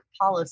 policy